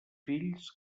fills